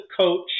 coach